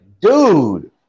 dude